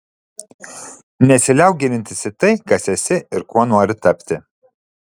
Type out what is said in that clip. nesiliauk gilintis į tai kas esi ir kuo nori tapti